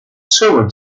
toured